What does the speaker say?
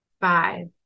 five